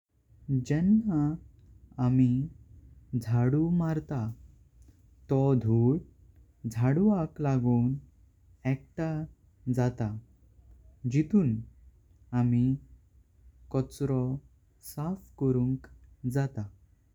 जेंव्हा आम्ही झाडू मारता तो धूळ झाडवाक लागों एकटा जात। जिथून आणि कचरा साफ करुंक जात।